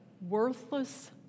worthless